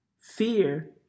fear